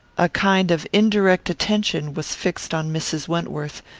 a kind of indirect attention was fixed on mrs. wentworth,